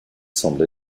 semble